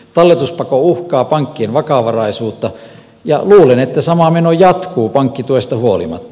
talletuspako uhkaa pankkien vakavaraisuutta ja luulen että sama meno jatkuu pankkituesta huolimatta